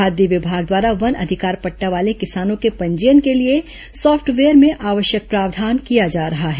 खाद्य विभाग द्वारा वन अधिकार पटटा वाले किसानों के पंजीयन के लिए सॉफ्टवेयर में आवश्यक प्रावधान किया जा रहा है